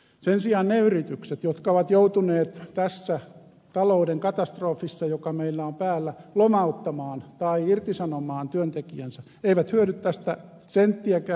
sen sijaan ne yritykset jotka ovat joutuneet tässä talouden katastrofissa joka meillä on päällä lomauttamaan tai irtisanomaan työntekijänsä eivät hyödy tästä senttiäkään